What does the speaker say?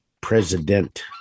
President